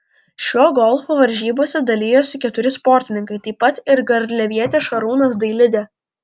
šiuo golfu varžybose dalijosi keturi sportininkai taip pat ir garliavietis šarūnas dailidė